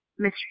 Mr